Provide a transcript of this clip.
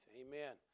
Amen